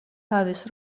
havis